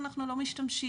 אנחנו לא משתמשים.